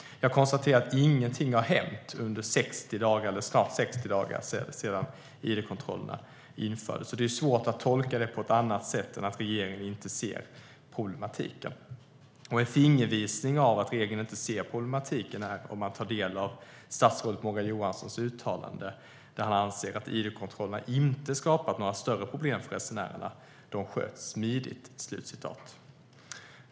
Jag konstaterar att ingenting har hänt under de snart 60 dagar som gått sedan id-kontrollerna infördes. Det är svårt att tolka det på ett annat sätt än att regeringen inte ser problematiken. En fingervisning om detta får man om man tar del av statsrådet Morgan Johanssons uttalande där han anser att id-kontrollerna inte skapat några större problem för resenärerna utan sköts "smidigt".